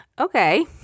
Okay